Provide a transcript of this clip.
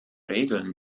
regeln